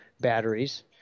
batteries